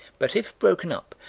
but, if broken up,